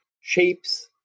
shapes